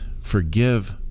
forgive